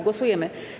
Głosujemy.